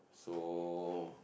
so